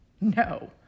no